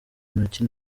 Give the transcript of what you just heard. intoki